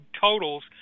totals